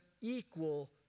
equal